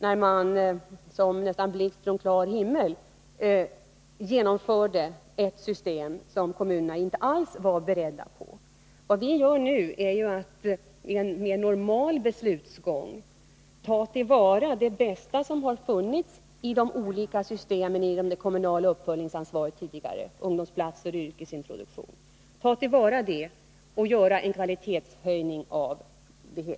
Då genomförde den borgerliga regeringen ett system som kommunerna inte alls var beredda på — det kom nästan som en blixt från klar himmel. Vad vi gör nu är att i en mer normal beslutsgång ta till vara det bästa som tidigare har funnits i de olika systemen när det gäller det kommunala uppföljningsansvaret — ungdomsplatser och yrkesintroduktion — och åstadkomma en kvalitetshöjning.